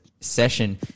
session